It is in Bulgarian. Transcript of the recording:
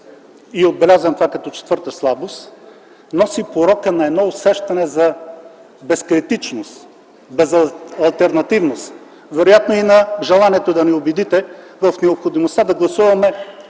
– отбелязвам това като четвърта слабост – носи порока на усещането за безкритичност, безалтернативност, вероятно на желанието да ни убедите в необходимостта да гласуваме